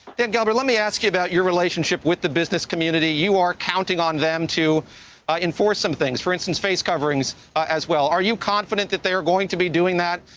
governor, let me ask you about your relationship with the business community. you are counting on them to enforce some things. for instance, face coverings as well. are you confident that they're going to be doing that?